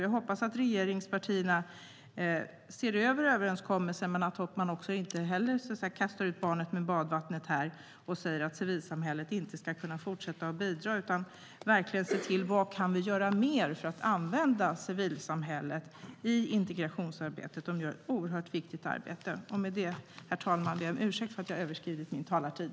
Jag hoppas att regeringspartierna ser över överenskommelsen och inte kastar ut barnet med badvattnet genom att säga att civilsamhället inte kan fortsätta att bidra. Jag hoppas att regeringen verkligen tittar på vad mer vi kan göra för att använda civilsamhället i integrationsarbetet. De gör ett oerhört viktigt arbete. Herr talman! Med det ber jag om ursäkt för att jag överskridit min anmälda talartid.